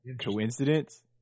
Coincidence